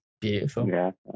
beautiful